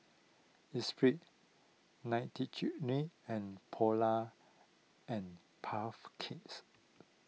Esprit Nightingale and Polar and Puff Cakes